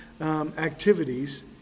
activities